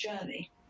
journey